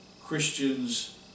Christians